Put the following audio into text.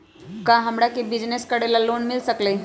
का हमरा के बिजनेस करेला लोन मिल सकलई ह?